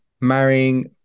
marrying